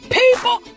...people